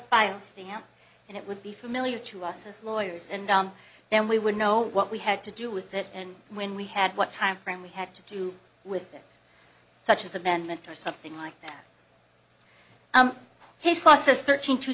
file stamp and it would be familiar to us as lawyers and on and we would know what we had to do with it and when we had what timeframe we had to do with it such as amendment or something like that his law says thirteen to